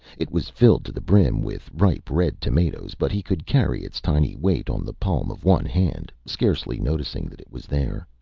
it was filled to the brim with ripe, red tomatoes, but he could carry its tiny weight on the palm of one hand, scarcely noticing that it was there.